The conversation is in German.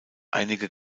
einige